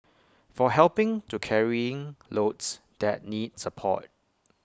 for helping to carrying loads that need support